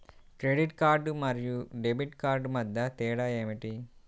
Credit card మరియు debit card మధ్య తేడా ఏమిటి?